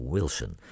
Wilson